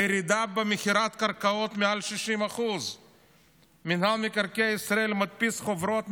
הירידה במכירות הקרקעות היא מעל 60%. מינהל מקרקעי ישראל מדפיס חוברות,